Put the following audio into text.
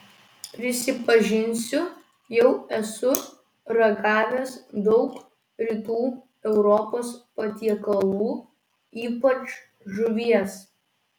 prisipažinsiu jau esu ragavęs daug rytų europos patiekalų ypač žuvies